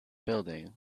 building